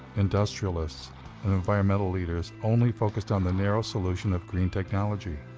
industrialists and environmental leaders only focused on the narrow solution of green technology?